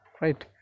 right